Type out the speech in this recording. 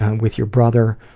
um with your brother,